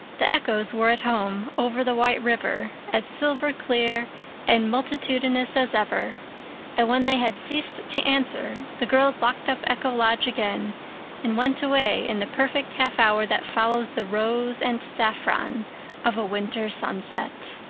the echoes were at home, over the white river, as silver-clear and multitudinous as ever and when they had ceased to answer the girls locked up echo lodge again and went away in the perfect half hour that follows the rose and saffron of a winter sunset.